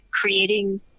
creating